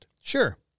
Sure